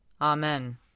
Amen